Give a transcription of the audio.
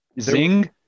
Zing